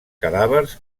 cadàvers